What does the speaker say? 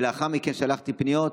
ולאחר מכן שלחתי פניות.